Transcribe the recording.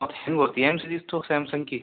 اب شروع ہوتی ہے ایم سیریز تو سیمسنگ کی